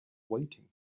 waiting